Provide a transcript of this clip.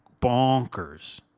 bonkers